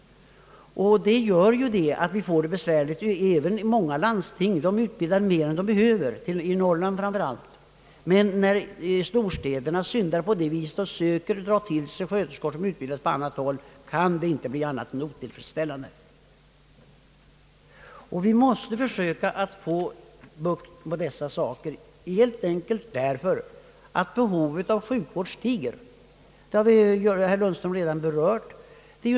Detta gör att vi får det besvärligt, även i många landsting, som utbildar mer personal än de behöver, som man gör i Norrland. Men när storstäderna syndar på detta sätt och söker dra till sig sjuksköterskor, som utbildas på annat håll, kan resultatet inte bli annat än otillfredsställande. Vi måste söka få bukt med dessa svårigheter, helt enkelt därför att behovet av sjukvård ökar — herr Lundström har redan berört detta.